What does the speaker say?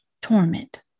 torment